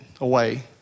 away